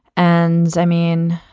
and i mean,